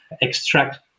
extract